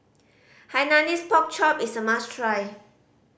Hainanese Pork Chop is a must try